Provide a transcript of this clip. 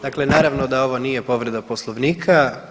Dakle, naravno da ovo nije povreda Poslovnika.